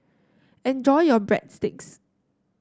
enjoy your Breadsticks